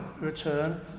return